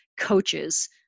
coaches